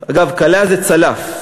אגב, קלע זה צלף,